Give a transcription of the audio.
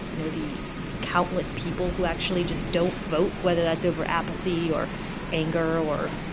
you know, the countless people who actually just don't vote, whether that's over apathy or anger or,